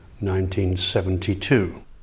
1972